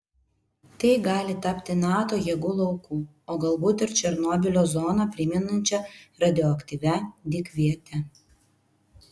tai gali tapti nato jėgų lauku o galbūt ir černobylio zoną primenančia radioaktyvia dykviete